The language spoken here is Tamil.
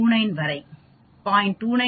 29 வரை 0